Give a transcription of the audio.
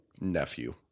nephew